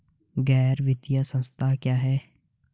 गैर वित्तीय संस्था क्या है?